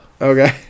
Okay